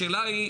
השאלה אם,